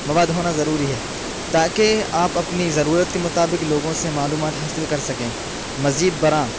مواد ہونا ضروری ہے تاکہ آپ اپنی ضرورت کے مطابق لوگوں سے معلومات حاصل کر سکیں مزید برآں